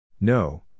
No